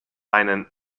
einen